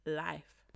life